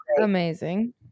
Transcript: amazing